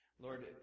Lord